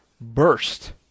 burst